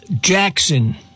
Jackson